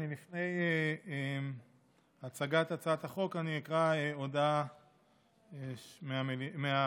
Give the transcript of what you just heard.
לפני הצגת הצעת החוק אני אקרא הודעה מהוועדה.